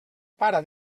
para